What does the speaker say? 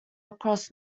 across